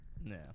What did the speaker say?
No